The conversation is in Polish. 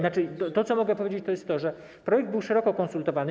Znaczy, to, co mogę powiedzieć, to jest to, że projekt był szeroko konsultowany.